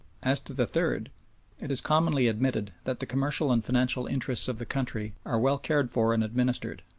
as to the third it is commonly admitted that the commercial and financial interests of the country are well cared for and administered,